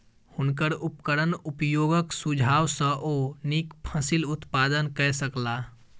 हुनकर उपकरण उपयोगक सुझाव सॅ ओ नीक फसिल उत्पादन कय सकला